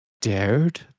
dared